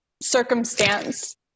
Circumstance